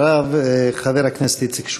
אחריו, חבר הכנסת איציק שמולי.